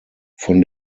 von